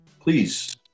please